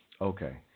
Okay